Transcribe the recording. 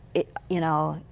you know,